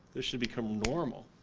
this should become normal.